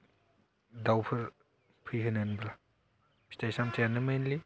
दावफोर फैहोनोब्ला फिथाइ सामथाइ आनो मेइनलि